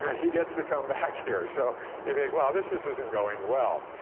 he gets to come back here. so you think, wow, this this isn't going well.